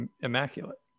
immaculate